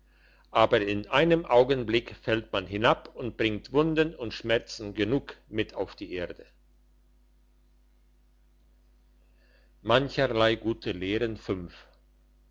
aber in einem augenblick fällt man hinab und bringt wunden und schmerzen genug mit auf die erde mancherlei gute lehren